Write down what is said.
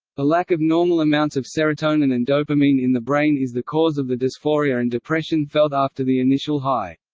the lack of normal amounts of serotonin and dopamine in the brain is the cause of the dysphoria and depression felt after the initial high.